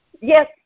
Yes